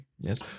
Yes